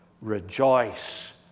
rejoice